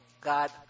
God